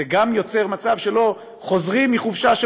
וזה גם יוצר מצב שלא חוזרים מחופשה של